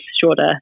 shorter